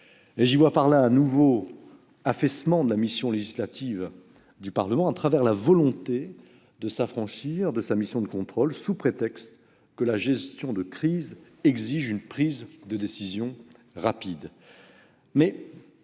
nationale un nouvel affaissement de la mission législative du Parlement, une volonté affichée de s'affranchir de sa mission de contrôle, sous prétexte que la gestion de crise exige une prise de décision rapide.